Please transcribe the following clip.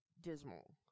dismal